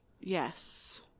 Yes